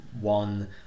one